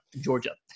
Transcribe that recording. Georgia